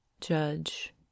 judge